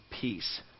peace